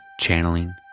Channeling